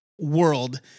world